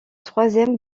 troisième